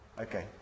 Okay